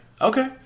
okay